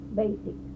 basic